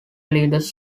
leaders